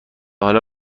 حالا